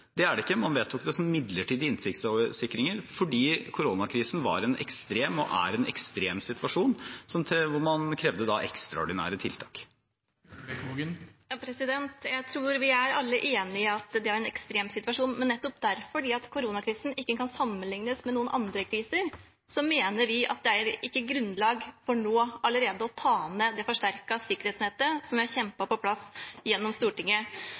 Det er det ikke, man vedtok det som midlertidige inntektssikringer fordi koronakrisen var og er en ekstrem situasjon, hvor man krevde ekstraordinære tiltak. Jeg tror vi alle er enige om at det er en ekstrem situasjon, men nettopp fordi koronakrisen ikke kan sammenlignes med noen andre kriser, mener vi at det ikke er grunnlag for allerede nå å ta ned det forsterkede sikkerhetsnettet som er kjempet på plass gjennom Stortinget.